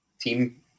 team